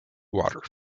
water